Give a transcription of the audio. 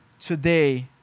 today